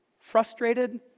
frustrated